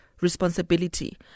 responsibility